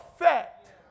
effect